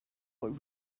what